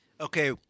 okay